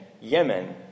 Yemen